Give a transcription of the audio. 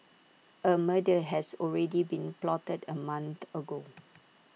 A murder has already been plotted A month ago